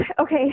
Okay